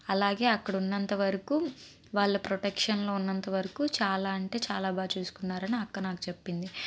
అలాగే అక్కడ ఉన్నంత వరకు వాళ్ళ ప్రొటెక్షన్లో ఉన్నంత వరకు చాలా అంటే చాలా బాగా చూసుకున్నారని ఆ అక్క నాకు చెప్పింది